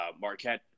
Marquette